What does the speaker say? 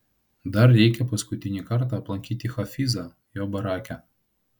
dar reikia paskutinį kartą aplankyti hafizą jo barake